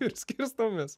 ir skirstomės